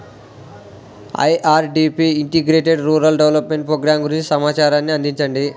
IRDP integrated rural development programme గురించి సమాచారాన్ని అందించండి?